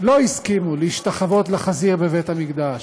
לא הסכימו להשתחוות לחזיר בבית-המקדש,